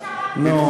נו,